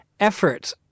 effort